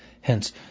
Hence